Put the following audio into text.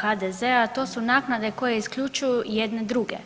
HDZ-a to su naknade koje isključuju jedni druge.